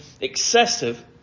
excessive